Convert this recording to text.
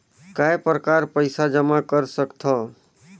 काय प्रकार पईसा जमा कर सकथव?